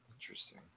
Interesting